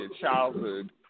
childhood